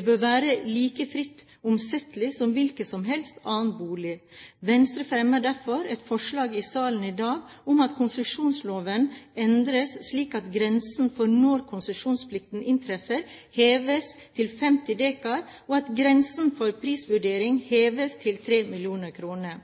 bør være like fritt omsettelige som hvilken som helst annen bolig. Venstre fremmer derfor forslag i salen i dag om at konsesjonsloven endres slik at grensen for når konsesjonsplikten inntreffer, heves til 50 dekar, og at grensen for prisvurdering heves til 3 mill. kr.